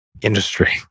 industry